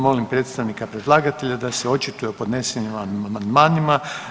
Molim predstavnika predlagatelja da se očituje o podnesenim amandmanima.